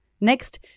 next